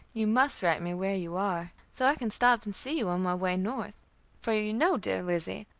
you must write me where you are, so i can stop and see you on my way north for you know, dear lizzie,